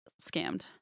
scammed